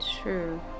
True